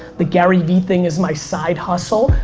the garyvee thing is my side hustle.